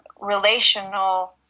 relational